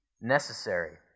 necessary